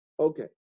Okay